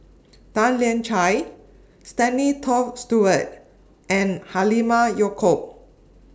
Tan Lian Chye Stanley Toft Stewart and Halimah Yacob